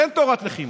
אין תורת לחימה,